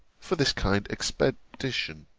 for this kind expedition.